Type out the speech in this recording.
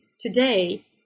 today